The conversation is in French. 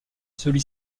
celui